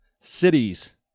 cities